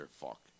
fuck